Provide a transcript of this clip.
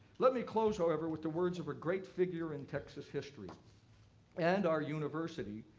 let me close, however, with the words of a great figure in texas history and our university,